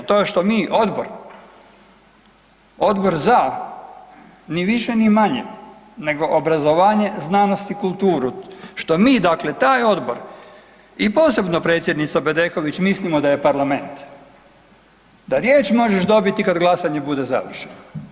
To je što mi odbor, odbor za ni više ni manje nego obrazovanje, znanost i kulturu, što mi dakle taj odbor i posebno predsjednica Bedeković mislimo da je Parlament, da riječ možeš dobiti kad glasanje bude završeno.